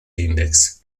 index